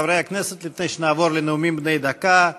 חברי הכנסת, לפני שנעבור לנאומים בני דקה,